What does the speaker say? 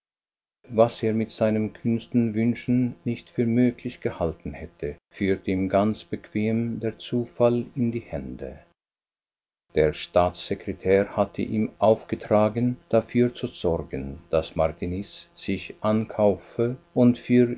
was er mit seinen kühnsten wünschen nicht für möglich gehalten hätte führte ihm ganz bequem der zufall in die hände der staatssekretär hatte ihm aufgetragen dafür zu sorgen daß martiniz sich ankaufe und für